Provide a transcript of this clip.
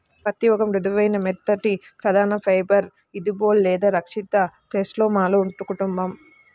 పత్తిఒక మృదువైన, మెత్తటిప్రధానఫైబర్ఇదిబోల్ లేదా రక్షిత కేస్లోమాలో కుటుంబం